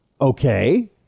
Okay